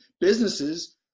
businesses